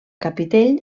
capitell